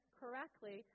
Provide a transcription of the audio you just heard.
correctly